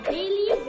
Daily